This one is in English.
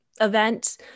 event